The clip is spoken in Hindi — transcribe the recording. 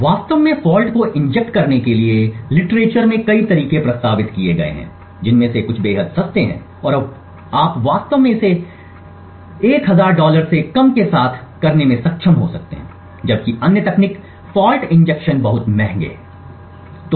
वास्तव में फॉल्ट को इंजेक्ट करने के लिए लिटरेचर में कई तरीके प्रस्तावित किए गए हैं जिनमें से कुछ बेहद सस्ते हैं और आप वास्तव में इसे 1000 डॉलर से कम के साथ करने में सक्षम हो सकते हैं जबकि अन्य तकनीक फॉल्ट इंजेक्शन बहुत अधिक महंगे थे